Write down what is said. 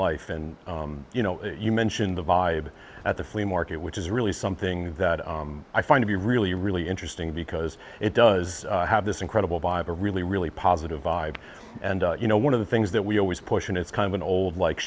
life and you know you mentioned the vibe at the flea market which is really something that i find to be really really interesting because it does have this incredible buy of a really really positive vibe and you know one of the things that we always push and it's kind of an old like